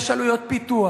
יש עלויות פיתוח